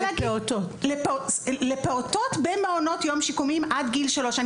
לפעוטות במעונות יום שיקומיים עד גיל 3,